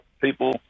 people